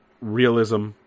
realism